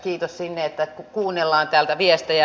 kiitos sinne että kuunnellaan täältä viestejä